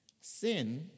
Sin